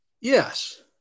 Yes